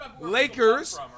Lakers